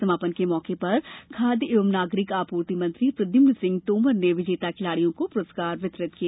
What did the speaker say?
समापन मौके पर खाद्य एवं नागरिक आपूर्ति मंत्री प्रद्यम्मन सिंह तोमर ने विजेता खिलाड़ियों को पुरस्कार वितरित किए